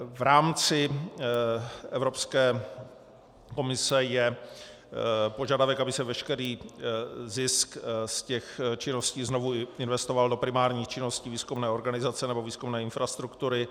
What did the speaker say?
V rámci Evropské komise je požadavek, aby se veškerý zisk z těch činností znovu investoval do primárních činností výzkumné organizace nebo výzkumné infrastruktury.